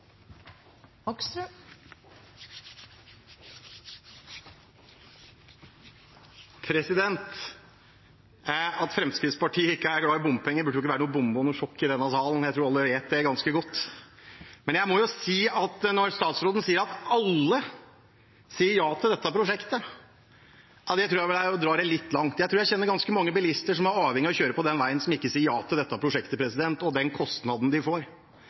denne salen; jeg tror alle vet det ganske godt. Men når statsråden sier at alle sier ja til dette prosjektet, tror jeg det er å dra det litt langt. Jeg tror jeg kjenner ganske mange bilister som er avhengig av å kjøre på den veien, som ikke sier ja til dette prosjektet og den kostnaden de får.